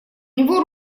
него